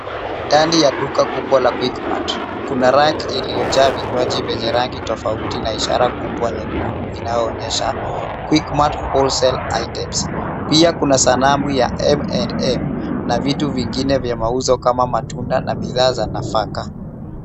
Ndani ya duka kubwa la [csQuickMart , kuna raki iliyojaa vinywaji vyenye rangi tofauti na ishara kubwa nyekundu inaonyesha QuickMart Wholesale Items . Pia, kuna sanamu ya M&M na vitu vingine vya mauzo, kama matunda na bidhaa za nafaka.